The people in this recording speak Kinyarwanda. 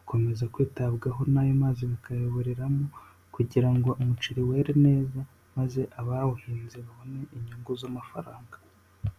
ukomeza kwitabwaho n'ayo mazi bakayayoboreramo kugira ngo umuceri were neza maze abawuhinze babone inyungu z'amafaranga.